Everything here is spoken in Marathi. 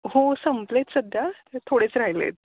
हो संपले आहेत सध्या थोडेच राहिले आहेत